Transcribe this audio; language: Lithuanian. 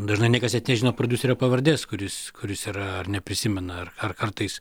dažnai niekas net nežino prodiuserio pavardės kuris kuris yra ar neprisimena ar ar kartais